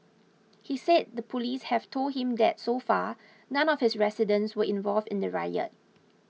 he said the police have told him that so far none of his residents were involved in the riot